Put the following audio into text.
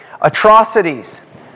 atrocities